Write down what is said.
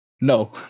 No